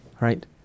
right